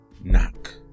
knock